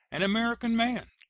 and american manned.